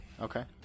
Okay